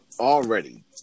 already